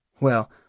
Well